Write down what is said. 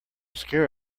scare